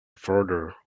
farther